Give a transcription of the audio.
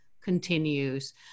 continues